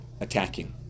attacking